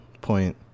Point